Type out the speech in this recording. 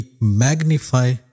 magnify